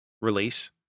release